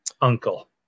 uncle